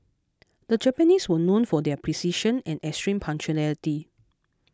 the Japanese were known for their precision and extreme punctuality